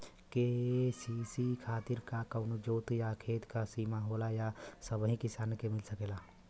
KCC खातिर का कवनो जोत या खेत क सिमा होला या सबही किसान के मिल सकेला?